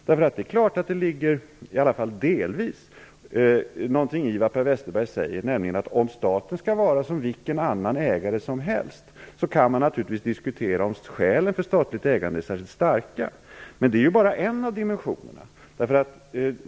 Det är klart att det delvis ligger någonting i vad Per Westerberg säger, nämligen att om staten skall vara som vilken annan ägare som helst kan man naturligtvis diskutera om skälen för statligt ägande är särskilt starka. Men det är bara en av dimensionerna.